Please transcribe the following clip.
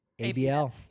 ABL